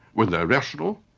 when they're rational,